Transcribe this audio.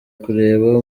kureba